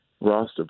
roster